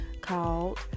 called